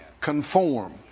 conform